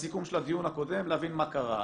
הסיכום של הדיון הקודם ולהבין מה קרה.